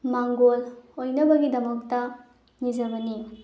ꯃꯥꯡꯒꯣꯜ ꯑꯣꯏꯅꯕꯒꯤꯗꯃꯛꯇ ꯅꯤꯖꯕꯅꯤ